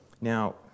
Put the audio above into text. Now